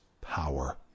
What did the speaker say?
power